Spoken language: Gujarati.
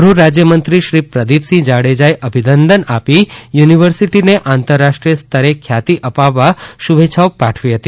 ગૃહ રાજ્યમંત્રીશ્રી પ્રદીપસિંહ જાડેજાએ અભિનંદન આપી યુનિવર્સિટીને આંતરરાષ્ટ્રીય સ્તરે ખ્યાતિ અપાવવા શુભેચ્છાઓ પાઠવી હતી